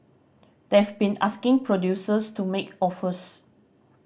they've been asking producers to make offers